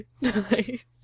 Nice